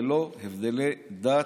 ללא הבדלי דת,